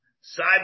side